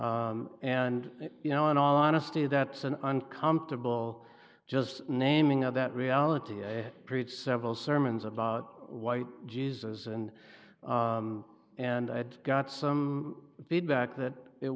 racism and you know in all honesty that's an uncomfortable just naming of that reality i preach several sermons about white jesus and and i'd got some feedback that it